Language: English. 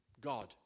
God